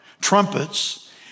trumpets